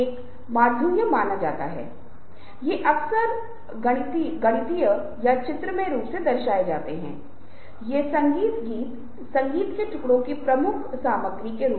मैं कुछ video clip कुछ खास यू ट्यूब वीडियो के साथ मेरे व्यक्तिगत वीडियो के साथ आपको औपचारिक संदर्भों में बोलने के उदाहरण दिखा रहा हूं